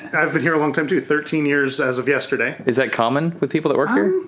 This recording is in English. i've been here a long time too, thirteen years as of yesterday. is that common with people that work here?